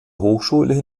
hochschule